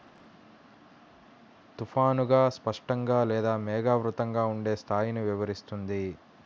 తుఫానుగా, స్పష్టంగా లేదా మేఘావృతంగా ఉండే స్థాయిని వివరిస్తుంది